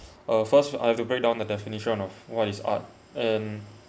uh first I have to break down the definition of what is art and